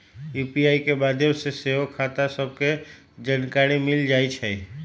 UPI के माध्यम से सेहो खता सभके जानकारी मिल जाइ छइ